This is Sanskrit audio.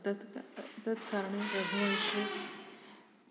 तत् तत् कारणेन रघुवंशे